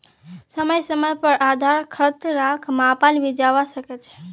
समय समय पर आधार खतराक मापाल भी जवा सक छे